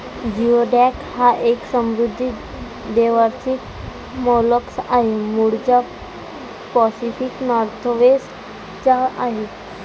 geoduck हा एक समुद्री द्वैवार्षिक मोलस्क आहे, मूळचा पॅसिफिक नॉर्थवेस्ट चा आहे